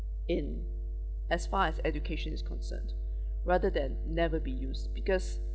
in as far as education is concerned rather than never be used because